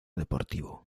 deportivo